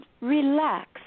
relax